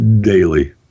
daily